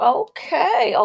okay